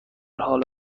حال